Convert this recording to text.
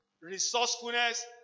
resourcefulness